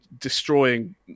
destroying